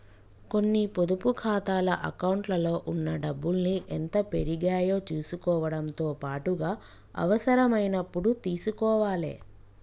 కొన్ని పొదుపు ఖాతాల అకౌంట్లలో ఉన్న డబ్బుల్ని ఎంత పెరిగాయో చుసుకోవడంతో పాటుగా అవసరమైనప్పుడు తీసుకోవాలే